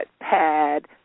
pad